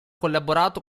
collaborato